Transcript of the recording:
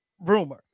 rumor